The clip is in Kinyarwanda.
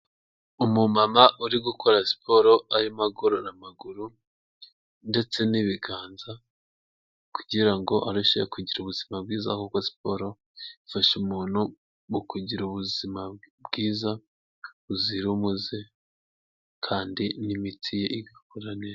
Umu mama uri gukora siporo arimo agorora amaguru ndetse n'ibiganza kugira ngo arusheho kugira ubuzima bwiza ,ahubwo siporo ifasha umuntu mu kugira ubuzima bwiza buzira umuze kandi n'imitsi ye igakora neza.